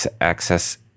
access